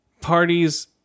parties